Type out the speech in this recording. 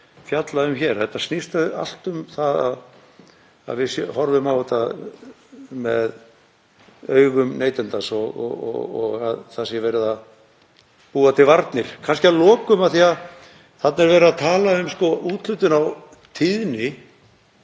fjalla um hér. Þetta snýst allt um að við horfum á þetta með augum neytandans og að það sé verið að búa til varnir. Að lokum, af því að þarna er verið að tala um úthlutun á tíðni